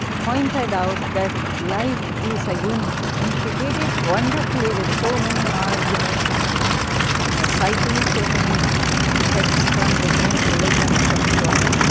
pointed out that life is a unity. and she did it wonderfully with so many arguments and ah citing so many ah texts from different religions and so on,